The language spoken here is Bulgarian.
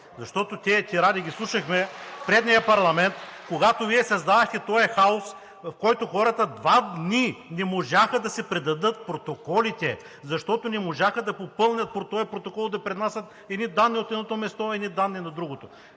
Тези тиради ги слушахме в предния парламент, когато Вие създадохте този хаос, в който хората два дни не можаха да си предадат протоколите, защото не можаха да попълнят този протокол – да пренасят едни данни от едното място, едни данни – на другото.